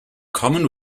common